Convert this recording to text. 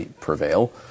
prevail